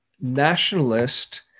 nationalist